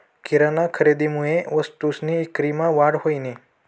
किराना खरेदीमुये वस्तूसनी ईक्रीमा वाढ व्हयनी